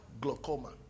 glaucoma